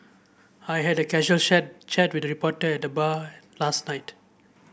I had a casual chat chat with a reporter at the bar last night